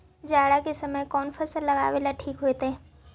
जाड़ा के समय कौन फसल लगावेला ठिक होतइ?